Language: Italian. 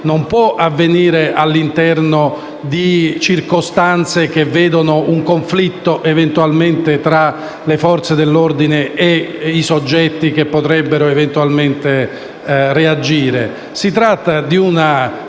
non può avvenire all'interno di circostanze che vedano un conflitto tra le Forze dell'ordine e i soggetti che potrebbero eventualmente reagire. Si tratta di una